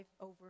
over